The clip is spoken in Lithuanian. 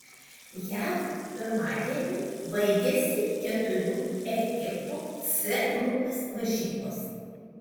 jav pirmadienį baigėsi keturių ekipų c grupės varžybos